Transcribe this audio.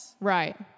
Right